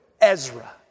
Ezra